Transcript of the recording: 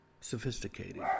sophisticated